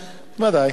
כן, ודאי.